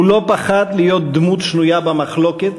הוא לא פחד להיות דמות שנויה במחלוקת,